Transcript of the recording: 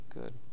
Good